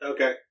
Okay